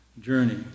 journey